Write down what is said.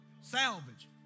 Salvage